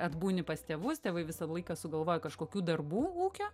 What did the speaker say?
atbūni pas tėvus tėvai visą laiką sugalvoja kažkokių darbų ūkio